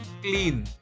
clean